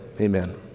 amen